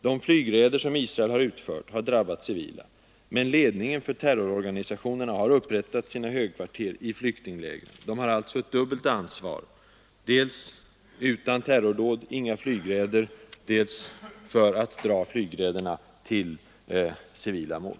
De flygräder som Israel utfört har drabbat civila. Men ledningen för terrororganisationerna har upprättat sina högkvarter i flyktinglägren. De har alltså ett dubbelt ansvar: dels blir det utan terrordåd inga flygräder, dels drar man flygräderna till civila mål.